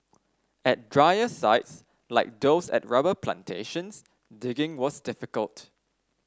at drier sites like those at rubber plantations digging was difficult